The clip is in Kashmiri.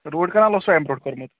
روٗٹ کَنال اوسوٕ اَمہِ برونٛٹھ کوٚرمُت